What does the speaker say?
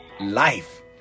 life